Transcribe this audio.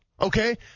okay